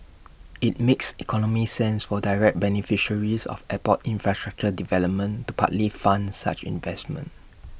IT makes economic sense for direct beneficiaries of airport infrastructure development to partly fund such investments